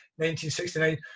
1969